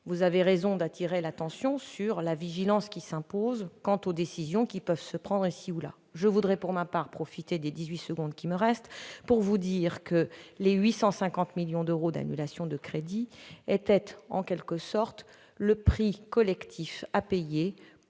vous avez raison d'appeler mon attention, la vigilance s'impose quant aux décisions qui peuvent se prendre ici ou là. Permettez-moi de profiter des dix-huit secondes qui me restent pour vous dire que les 850 millions d'euros d'annulations de crédits étaient en quelque sorte le prix collectif à payer